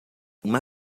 uma